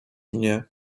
mnie